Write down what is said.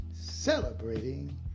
Celebrating